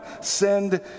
send